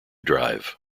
drive